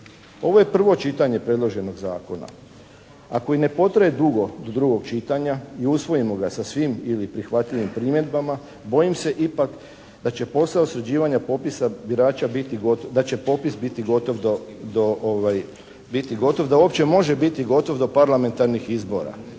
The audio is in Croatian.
Ovo je prvo čitanje predloženog zakona. Ako i ne potraje dugo do drugog čitanja i usvojimo ga sa svim ili prihvatljivim primjedbama bojim se ipak da će posao sređivanja popisa birača biti gotov, da će popis biti gotov, da uopće može